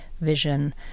vision